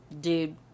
dude